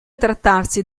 trattarsi